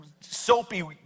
soapy